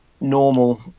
normal